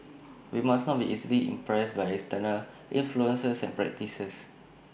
we must not be easily impressed by external influences and practices